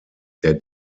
der